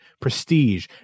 prestige